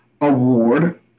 Award